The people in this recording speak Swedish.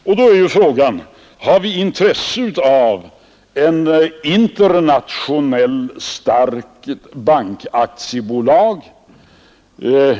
Och då är ju frågan: Har vi intresse av ett internationellt starkt bankaktiebolag?